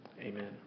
Amen